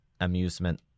amusement